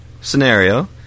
scenario